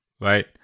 right